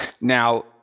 Now